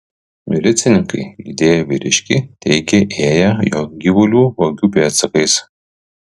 milicininkai lydėję vyriškį teigė ėję jo gyvulių vagių pėdsakais